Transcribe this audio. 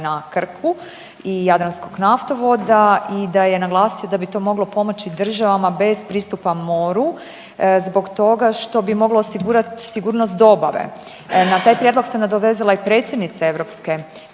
na Krku i jadranskog naftovoda i da je naglasio da bi to moglo pomoći državama bez pristupa moru zbog toga što bi moglo osigurat sigurnost dobave. Na taj prijedlog se nadovezala i predsjednica Europske